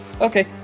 Okay